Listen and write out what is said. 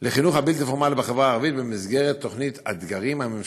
לחינוך הבלתי-פורמלי בחברה הערבית במסגרת תוכנית "אתגרים" הממשלתית.